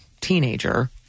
teenager